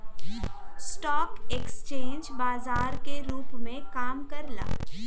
stock exchange बाजार के रूप में काम करला